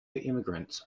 immigrants